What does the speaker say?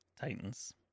titans